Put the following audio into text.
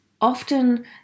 often